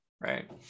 Right